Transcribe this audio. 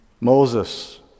Moses